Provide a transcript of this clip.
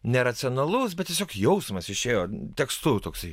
neracionalus bet tiesiog jausmas išėjo tekstu toksai